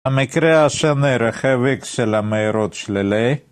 המקרה השני: רכיב איקס של המהירות שלילי